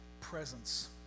presence